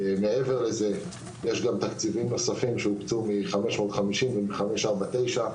מעבר לזה יש גם תקציבים נוספים שהוקצו מ-550 ומ-549,